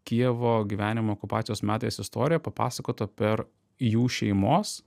kijevo gyvenimo okupacijos metais istorija papasakota per jų šeimos